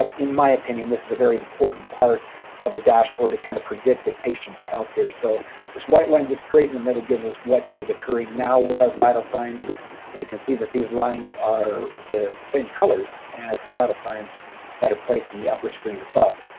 in my opinion, this is a very important part of the dashboard to kind of predict the patient's health here so this white line just straight in the middle gives us what is occurring now with our vital signs and you can see that these lines are the the same colors as the vital signs that are placed in the upper screen above?